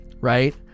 right